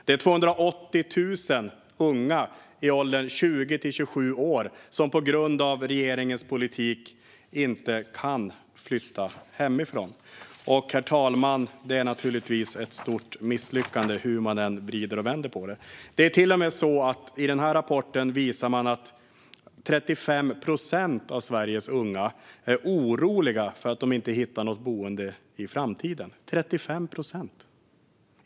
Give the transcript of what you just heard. Det är 280 000 unga i åldern 20-27 år som på grund av regeringens politik inte kan flytta hemifrån. Det är naturligtvis ett stort misslyckande, herr talman, hur man än vrider och vänder på det. Rapporten visar också att 35 procent av Sveriges unga är oroliga för att inte hitta något boende i framtiden - 35 procent!